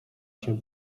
się